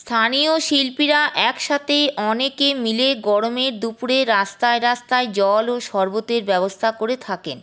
স্থানীয় শিল্পীরা একসাথে অনেকে মিলে গরমের দুপুরে রাস্তায় রাস্তায় জল ও শরবতের ব্যবস্থা করে থাকেন